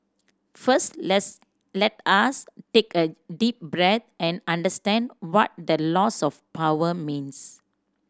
first let's let us take a deep breath and understand what the loss of power means